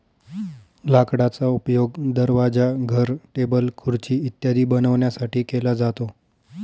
लाकडाचा उपयोग दरवाजा, घर, टेबल, खुर्ची इत्यादी बनवण्यासाठी केला जातो